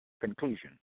conclusion